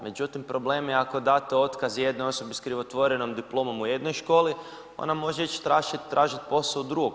Međutim, problem je ako date otkaz jednoj osobi s krivotvorenom diplomom u jednoj školi, onda može ići tražiti u drugom.